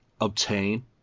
obtain